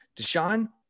Deshaun